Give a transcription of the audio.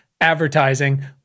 advertising